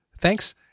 Thanks